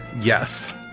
Yes